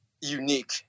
unique